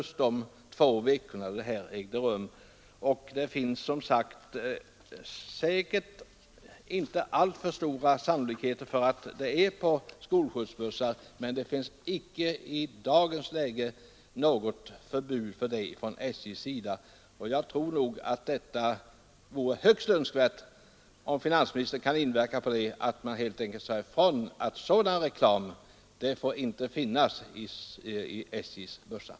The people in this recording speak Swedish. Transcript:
Sannolikheten är väl inte så stor att ifrågavarande reklam förekommer på skolskjutsbussar, men det finns för dagen inte något förbud häremot inom SJ, och det vore högst önskvärt om finansministern kunde uttala sig för att sådan reklam inte bör finnas i SJ:s bussar.